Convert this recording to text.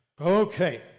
Okay